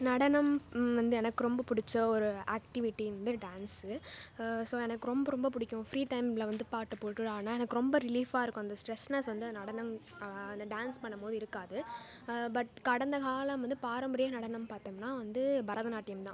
நடனம் வந்து எனக்கு ரொம்ப பிடிச்ச ஒரு ஆக்ட்டிவிட்டி வந்து டான்ஸ் ஸோ எனக்கு ரொம்ப ரொம்ப பிடிக்கும் ஃப்ரீ டைமில் வந்து பாட்டு போட்டு ஆடினா எனக்கு ரொம்ப ரிலீஃபாக இருக்கும் அந்த ஸ்ட்ரெஸ்னெஸ் வந்து நடனம் அந்த டான்ஸ் பண்ணும்போது இருக்காது பட் கடந்த காலம் வந்து பாரம்பரிய நடனம் பார்த்தம்னா வந்து பரதநாட்டியம் தான்